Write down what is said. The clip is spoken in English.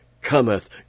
cometh